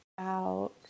out